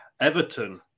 Everton